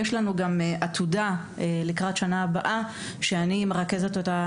יש גם עתודה לקראת השנה הבאה שאני מרכזת אותה.